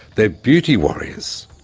they're beauty warriors.